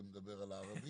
זה מדבר על הערבים,